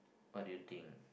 what do you think